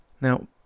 Now